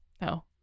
No